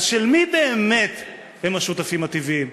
אז של מי באמת הם השותפים הטבעיים?